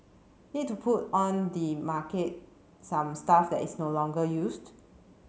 need to put on the market some stuff that is no longer used